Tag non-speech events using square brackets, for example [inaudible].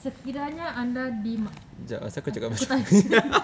sekiranya anda dimak~ [laughs]